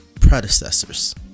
predecessors